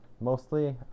mostly